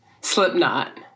Slipknot